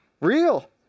Real